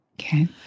Okay